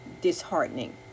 disheartening